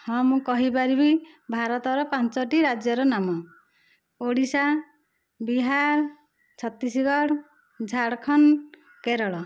ହଁ ମୁଁ କହିପାରିବି ଭାରତ ର ପାଞ୍ଚଟି ରାଜ୍ୟର ନାମ ଓଡ଼ିଶା ବିହାର ଛତିଶଗଡ଼ ଝାରଖଣ୍ଡ କେରଳ